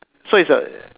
so it's a